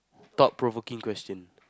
thought-provoking question